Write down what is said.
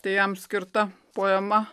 tai jam skirta poema